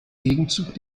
gegenzug